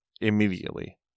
immediately